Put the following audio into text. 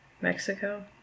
Mexico